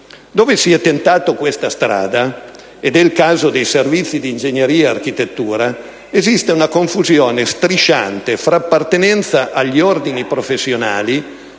Dove si è tentata questa strada (ed è il caso dei servizi di ingegneria e architettura) esiste una confusione strisciante fra appartenenza agli ordini professionali